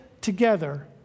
together